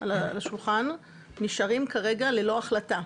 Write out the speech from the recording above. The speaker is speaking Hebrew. על השולחן נשארים כרגע ללא החלטה,